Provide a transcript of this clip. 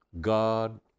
God